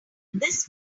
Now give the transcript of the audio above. this